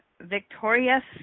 Victoria